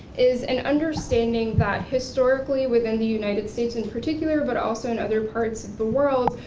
is an understanding that historically within the united states, in particular, but also in other parts of the world,